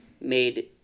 made